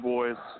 Boys